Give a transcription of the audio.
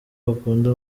bakunda